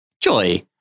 Joy